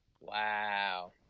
Wow